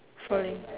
falling